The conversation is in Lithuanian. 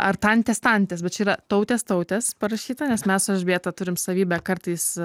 ar tantės tantės bet čia yra tautės tautės parašyta nes mes su elžbieta turim savybę kartais